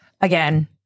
Again